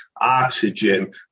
oxygen